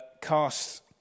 cast